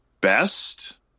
best